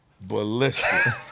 ballistic